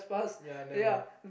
ya I never